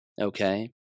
okay